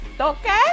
okay